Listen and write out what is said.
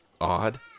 odd